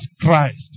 Christ